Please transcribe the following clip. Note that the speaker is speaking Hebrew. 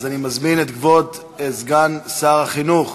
אני מזמין את כבוד סגן שר החינוך